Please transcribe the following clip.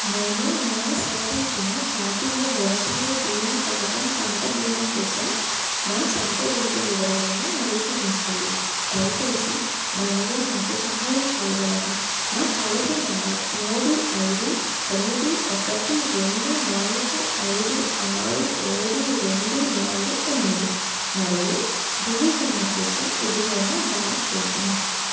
నేను నా సవరించిన జాతీయ వ్యవసాయ బీమా పథకం పంట బీమా కోసం నా సంప్రదింపు వివరాలను నవీకరించాలి దయచేసి దానిలో నాకు సహాయం చేయగలరా నా పాలసీ నంబర్ మూడు ఐదు తొమ్మిది ఒకటి రెండు నాలుగు ఐదు ఆరు ఏడు రెండు నాలుగు ఎనిమిది మరియు ధృవీకరణ కోసం ఇదిగో నా బ్యాంక్ స్టేట్మెంట్